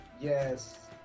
Yes